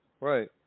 Right